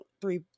three